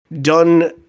done